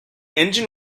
engine